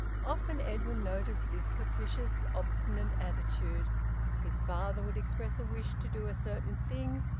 often edwin noticed this capricious, obstinate attitude his father would express a wish to do a certain thing,